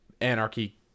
anarchy